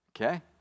Okay